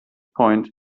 point